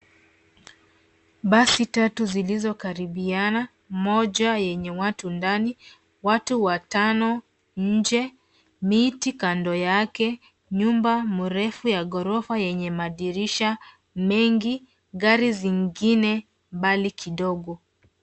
Basi tatu zilizokaribiana. Moja yenye watu ndani . Watu watano nje. Miti kando yake. Nyumba mrefu ya ghorofa yenye madirisha mengi. Gari zingine mbali kidogo.